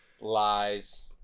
Lies